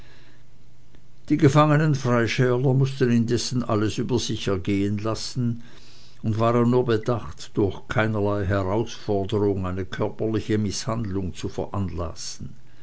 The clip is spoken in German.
die gefangenen freischärler mußten indessen alles über sich ergehen lassen und waren nur bedacht durch keinerlei herausforderung eine körperliche mißhandlung zu veranlassen